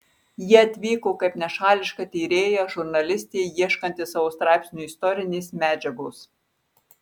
ji atvyko kaip nešališka tyrėja žurnalistė ieškanti savo straipsniui istorinės medžiagos